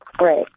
Right